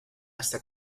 hasta